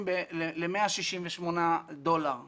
ל168 דולר ב-2030.